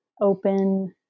open